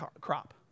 crop